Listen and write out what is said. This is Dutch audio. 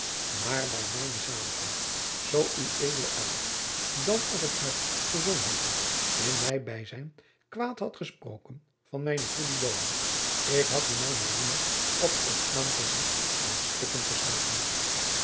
maar bij mijne zaligheid zoo ued elders dan op het huis te sonheuvel in mijn bijzijn kwaad hadt gejacob van lennep de pleegzoon sproken van mijnen goeden joan ik had u mijnen roemer op t aangezicht aan stukken geslagen